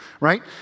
right